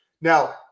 Now